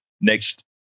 next